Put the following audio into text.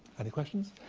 any questions?